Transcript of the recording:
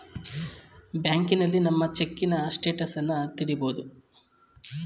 ಬ್ಯಾಂಕ್ನಲ್ಲಿ ನಮ್ಮ ಚೆಕ್ಕಿನ ಸ್ಟೇಟಸನ್ನ ತಿಳಿಬೋದು